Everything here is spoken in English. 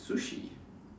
sushi